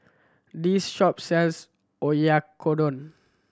this shop sells Oyakodon